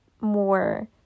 more